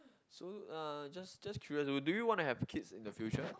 so uh just just curious do you want to have kids in the future